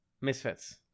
Misfits